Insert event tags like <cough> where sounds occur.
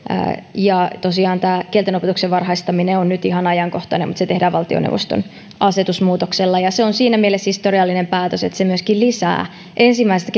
tosiaan tämä kieltenopetuksen varhaistaminen on nyt ihan ajankohtainen asia mutta se tehdään valtioneuvoston asetusmuutoksella ja se on siinä mielessä historiallinen päätös että se myöskin lisää ensimmäistä <unintelligible>